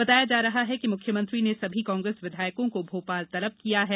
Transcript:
बताया जा रहा है कि मुख्यमंत्री ने सभी कांग्रेस विधायकों को भोपाल तलब किया है